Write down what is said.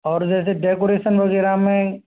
और जैसे डेकोरेशन वगैरह में